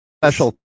Special